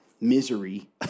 misery